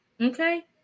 okay